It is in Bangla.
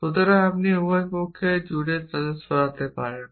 সুতরাং আপনি উভয় পক্ষের জুড়ে তাদের সরাতে পারেন